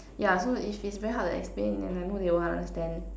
yeah so if it's very hard to explain and I know they won't understand